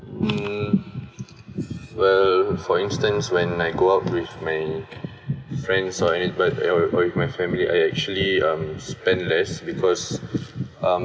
mm well for instance when I go out with my friends or anybod~ or or with my family I actually um spend less because um